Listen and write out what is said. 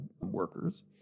workers